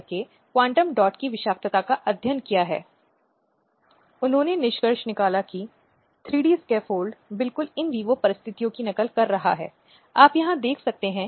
वे आवश्यक आर्थिक संसाधन प्रदान करते हैं और आर्थिक मुक्ति के लिए समर्थन करते हैं और स्त्री की स्वतंत्रता को लेकिन वे सामुदायिक स्तर पर अधिक हैं जहां यह आयोजित किया जाता है